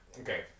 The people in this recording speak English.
Okay